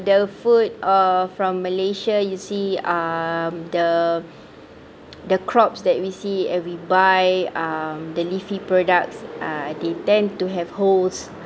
the food uh from malaysia you see um the the crops that we see that we buy um the leafy products they tend to have holes